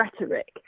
rhetoric